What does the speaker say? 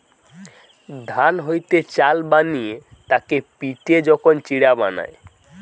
ধান হইতে চাল বানিয়ে তাকে পিটে যখন চিড়া বানায়